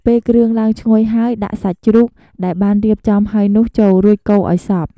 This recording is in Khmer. ពេលគ្រឿងឡើងឈ្ងុយហើយ ដាក់ សាច់ជ្រូក ដែលបានរៀបចំហើយនោះចូល រួចកូរឱ្យសព្វ។